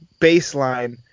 baseline